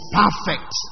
perfect